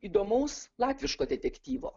įdomaus latviško detektyvo